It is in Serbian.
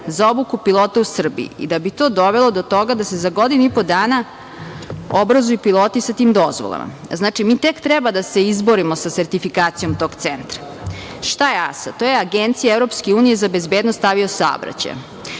za obuku pilota u Srbiji i da bi to dovelo do toga da se za godinu i po dana obrazuju piloti sa tim dozvolama. Znači, mi tek treba da se izborimo sa sertifikacijom tog centra. Šta je EASA? To je Agencija EU za bezbednost avio saobraćaja.